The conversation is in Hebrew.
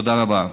תודה רבה.